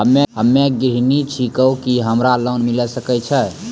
हम्मे गृहिणी छिकौं, की हमरा लोन मिले सकय छै?